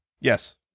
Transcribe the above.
Yes